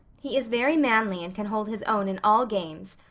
he is very manly and can hold his own in all games.